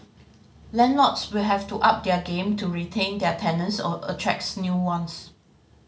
landlords will have to up their game to retain their tenants or attract new ones